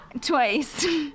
twice